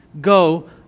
Go